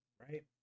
right